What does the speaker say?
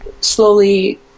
slowly